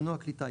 מנוע כלי טיס,